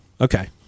Okay